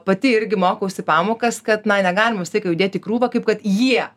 pati irgi mokausi pamokas kad na negalima vis tiek jau dėti į krūvą kaip kad jie